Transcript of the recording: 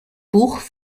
buch